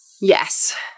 yes